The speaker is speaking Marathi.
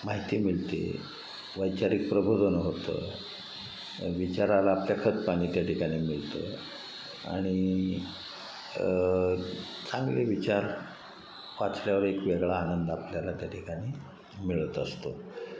माहिती मिळते वैचारिक प्रबोधन होतं विचाराला आपल्या खत पाणी त्या ठिकाणी मिळतं आणि चांगले विचार वाचल्यावर एक वेगळा आनंद आपल्याला त्या ठिकाणी मिळत असतो